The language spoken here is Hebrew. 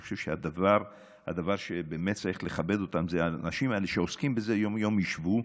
אני חושב שצריך לכבד אותם ושהאנשים האלה שעוסקים בזה יום-יום ישבו,